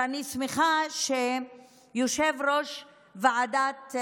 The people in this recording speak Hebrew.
ואני שמחה שיושב-ראש ועדת,